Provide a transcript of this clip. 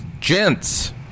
Gents